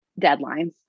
deadlines